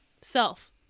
Self